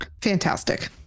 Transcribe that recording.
Fantastic